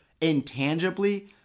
intangibly